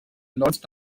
lawrence